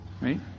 Right